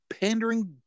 pandering